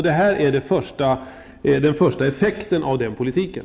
Detta är den första effekten av den politiken.